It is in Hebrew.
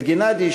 את גנדי,